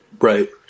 Right